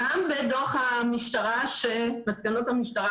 גם בדוח מסקנות המשטרה